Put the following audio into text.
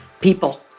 People